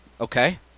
Okay